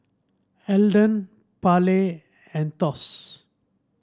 Elden Parley and Thos